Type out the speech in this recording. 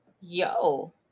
Yo